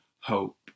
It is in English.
hope